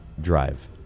drive